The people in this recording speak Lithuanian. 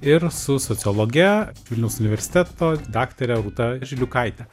ir su sociologe vilniaus universiteto daktare rūta žiliukaite